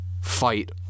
fight